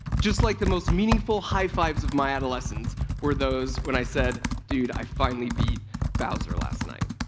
just like the most meaningful high-fives of my adolescence were those when i said, dude, i finally beat bowser last night.